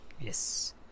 Yes